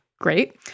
Great